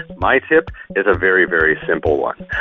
my tip is a very, very simple one.